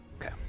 Okay